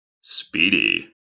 Speedy